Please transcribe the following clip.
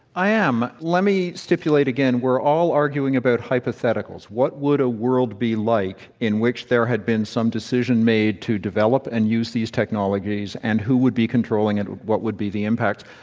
i am. so, let me stipulate, again, we're all arguing about hypotheticals what would a world be like in which there had been some decision made to develop, and use, these technologies and who would be controlling it what would be the impacts?